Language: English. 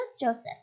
Joseph